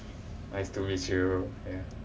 nice to meet you yeah